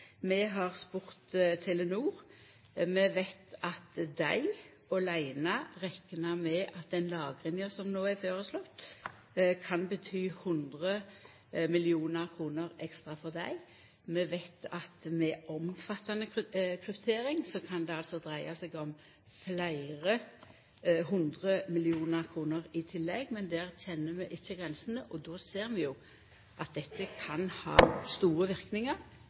Vi har spurt Telenor. Vi veit at dei åleine reknar med at den lagringa som no er føreslått, kan bety 100 mill. kr ekstra for dei. Vi veit at med omfattande kryptering kan det dreia seg om fleire hundre millionar kroner i tillegg, men der kjenner vi ikkje grensene. Og då ser vi at dette kan ha store